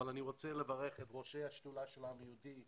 אני רוצה לברך את ראשי השדולה של העם היהודי,